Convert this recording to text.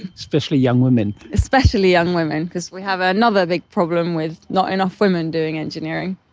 especially young women. especially young women because we have another big problem with not enough women doing engineering.